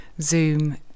zoom